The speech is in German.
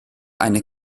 eine